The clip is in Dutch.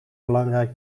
belangrijk